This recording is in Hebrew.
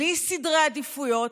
בלי סדרי עדיפויות,